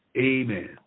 amen